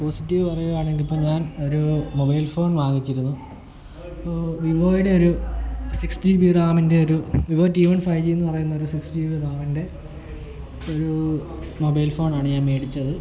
positive പറയുകയാണെങ്കിൽ ഇപ്പം ഞാൻ ഒരു മൊബൈൽ ഫോൺ വാങ്ങിച്ചിരുന്നു അപ്പോൾ വിവോയുടെ ഒരു സിക്സ് ജിബി റാമിൻ്റെ ഒരു Vivo T one five G എന്ന് പറയുന്ന ഒരു സിക്സ് ജിബി റാമിൻ്റെ ഒരു മൊബൈൽ ഫോണാണ് ഞാൻ മേടിച്ചത്